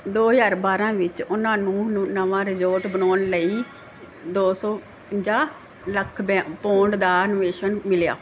ਦੋ ਹਜ਼ਾਰ ਬਾਰਾਂ ਵਿੱਚ ਉਹਨਾਂ ਨੂੰ ਨਵਾਂ ਰਜੋਰਟ ਬਣਾਉਣ ਲਈ ਦੋ ਸੌ ਪੰਜਾਹ ਲੱਖ ਪੌਂਡ ਦਾ ਨਿਵੇਸ਼ਨ ਮਿਲਿਆ